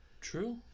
True